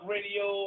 Radio